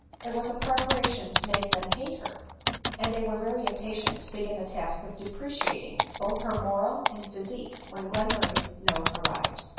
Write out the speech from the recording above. it was a preparation to make them hate her and they were very impatient to begin the task of depreciating both her morale and physi que, when glenmurray's note arrived.